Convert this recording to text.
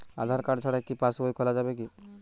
আধার card ছাড়া কি passbook খোলা যাবে কি?